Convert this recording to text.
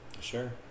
Sure